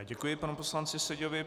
Děkuji panu poslanci Seďovi.